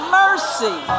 mercy